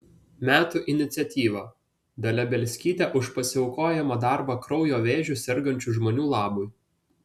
metų iniciatyva dalia bielskytė už pasiaukojamą darbą kraujo vėžiu sergančių žmonių labui